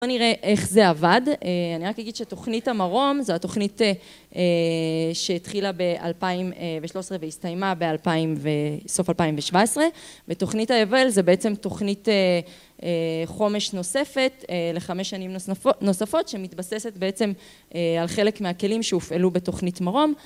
איך זה עבד, אני רק אגיד שתוכנית המרום זו התוכנית שהתחילה ב-2013 והסתיימה באלפיים ו... סוף 2017, ותוכנית היובל זה בעצם תוכנית חומש נוספת לחמש שנים נוספות, שמתבססת בעצם על חלק מהכלים שהופעלו בתוכנית מרום